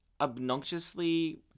Obnoxiously